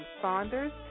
Saunders